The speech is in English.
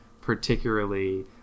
particularly